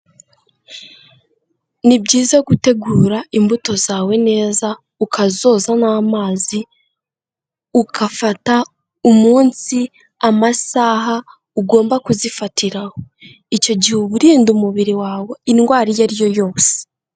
Ni byiza gutegura imbuto zawe neza ukazoza n'amazi, ukafata umunsi, amasaha ugomba kuzifatiraho, icyo gihe uba urinda umubiri wawe indwara iyo ariyo yose.